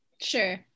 Sure